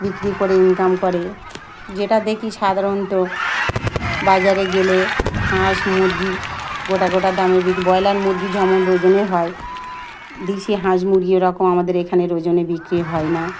বিক্রি করে ইনকাম করে যেটা দেখি সাধারণত বাজারে গেলে হাঁস মুরগি গোটা গোটা দামে বিক্রি ব্রয়লার মুরগি যেমন ওজনে হয় দিশি হাঁস মুরগি ওরকম আমাদের এখানে ওজনে বিক্রি হয় না